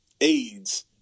aids